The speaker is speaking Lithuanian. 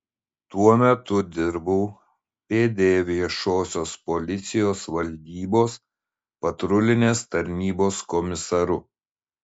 tuo metu dirbau pd viešosios policijos valdybos patrulinės tarnybos komisaru